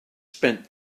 spent